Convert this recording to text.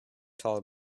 tall